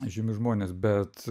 žymius žmones bet